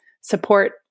support